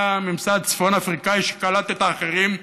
היה ממסד צפון אפריקני, שקלט את האחרים.